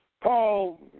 Paul